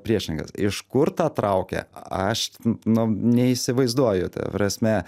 priešininkas iš kur tą traukia aš nu neįsivaizduoju ta prasme